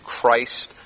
Christ